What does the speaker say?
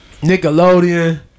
Nickelodeon